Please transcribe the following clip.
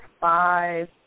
five